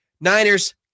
Niners